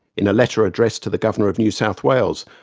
in a letter addressed to the governor of new south wales,